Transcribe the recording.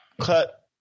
cut